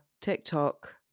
TikTok